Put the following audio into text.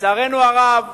לצערנו הרב,